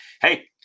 hey